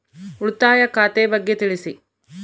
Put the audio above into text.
ಉಳಿತಾಯ ಖಾತೆ ಬಗ್ಗೆ ತಿಳಿಸಿ?